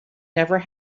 never